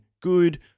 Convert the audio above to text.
good